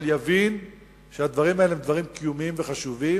יבין שהדברים האלה הם קיומיים וחשובים.